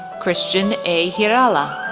christian a. girala,